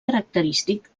característic